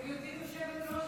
גברתי היושבת-ראש,